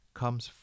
comes